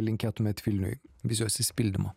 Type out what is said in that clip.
linkėtumėt vilniui vizijos išsipildymo